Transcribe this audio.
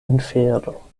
infero